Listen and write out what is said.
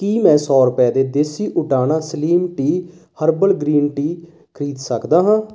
ਕੀ ਮੈਂ ਸੌ ਰੁਪਏ ਦੇ ਦੇਸੀ ਊਟਾਨਾ slim tea herbal green tea ਖਰੀਦ ਸਕਦਾ ਹਾਂ